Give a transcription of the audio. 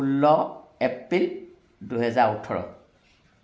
ষোল্ল এপ্ৰিল দুহেজাৰ ওঁঠৰ